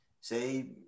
say